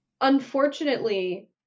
unfortunately